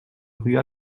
rue